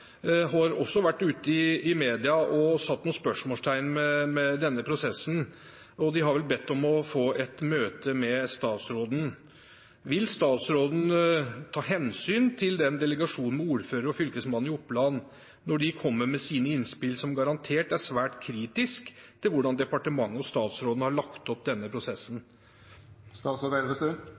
vært ute i media og satt noen spørsmålstegn ved denne prosessen, og har vel bedt om å få et møte med statsråden. Vil statsråden ta hensyn til delegasjonen av ordførere og fylkesmannen i Innlandet når de kommer med sine innspill, som garantert er svært kritiske til hvordan departementet og statsråden har lagt opp denne prosessen?